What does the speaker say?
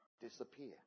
disappear